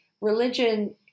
religion